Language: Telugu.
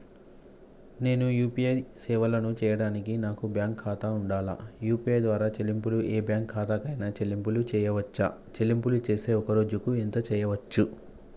నేను యూ.పీ.ఐ సేవలను చేయడానికి నాకు బ్యాంక్ ఖాతా ఉండాలా? యూ.పీ.ఐ ద్వారా చెల్లింపులు ఏ బ్యాంక్ ఖాతా కైనా చెల్లింపులు చేయవచ్చా? చెల్లింపులు చేస్తే ఒక్క రోజుకు ఎంత చేయవచ్చు?